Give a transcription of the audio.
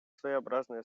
своеобразная